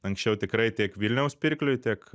anksčiau tikrai tiek vilniaus pirkliui tiek